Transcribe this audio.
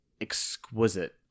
exquisite